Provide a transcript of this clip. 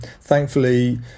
thankfully